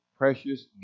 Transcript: precious